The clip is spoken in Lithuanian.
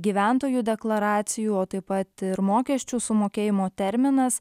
gyventojų deklaracijų o taip pat ir mokesčių sumokėjimo terminas